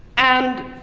and